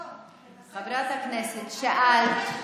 גדעון, תנסה להסביר לנו, חברת הכנסת, שאלת,